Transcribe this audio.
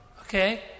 okay